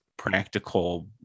practical